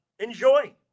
Enjoy